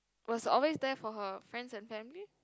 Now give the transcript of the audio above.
was always there for her friends and family